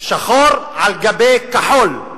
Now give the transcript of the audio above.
שחור על גבי כחול.